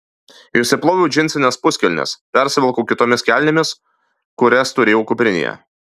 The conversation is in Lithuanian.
išsiploviau džinsines puskelnes persivilkau kitomis kelnėmis kurias turėjau kuprinėje